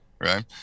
right